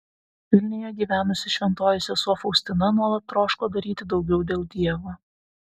vilniuje gyvenusi šventoji sesuo faustina nuolat troško daryti daugiau dėl dievo